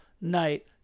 night